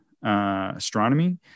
Astronomy